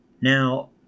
Now